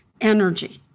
energy